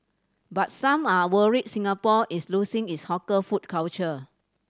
but some are worried Singapore is losing its hawker food culture